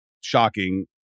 shocking